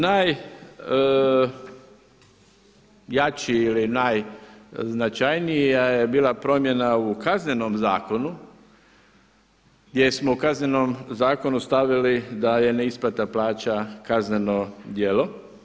Najjači ili naj značajnija je bila promjena u kaznenom zakonu, gdje smo u kaznenom zakonu stavili da je neisplata plaća kazneno djelo.